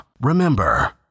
Remember